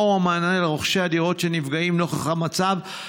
מהו המענה לרוכשי הדירות שנפגעים נוכח המצב?